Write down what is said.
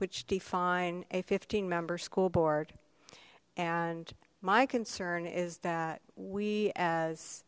which define a fifteen member school board and my concern is that we as